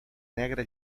negra